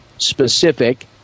specific